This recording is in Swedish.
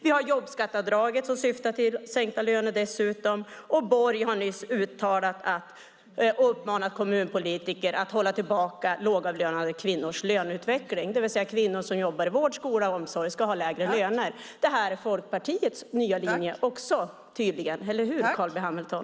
Vi har dessutom jobbskatteavdraget, som syftar till sänkta löner, och Borg har nyss uppmanat kommunpolitiker att hålla tillbaka lågavlönade kvinnors löneutveckling. Det vill säga att kvinnor som jobbar i vård, skola och omsorg ska ha lägre löner. Det här är tydligen också Folkpartiets nya linje, eller hur, Carl B Hamilton?